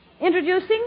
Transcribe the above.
Introducing